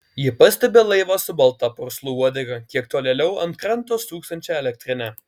ji pastebi laivą su balta purslų uodega kiek tolėliau ant kranto stūksančią elektrinę